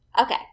Okay